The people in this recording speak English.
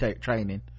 training